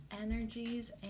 energies